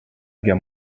guerre